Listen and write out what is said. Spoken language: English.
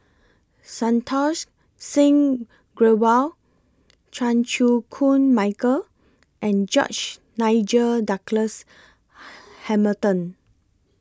Santokh Singh Grewal Chan Chew Koon Michael and George Nigel Douglas Hamilton